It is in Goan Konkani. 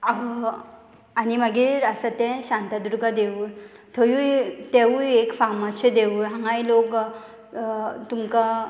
आनी मागीर आसा तें शांतादुर्गा देवूळ थंयूय तेंवूय एक फामादशें देवूळ हांगाय लोक तुमकां